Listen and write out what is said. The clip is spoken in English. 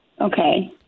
Okay